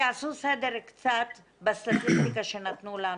שיעשו סדר קצת בסטטיסטיקה שנתנו לנו.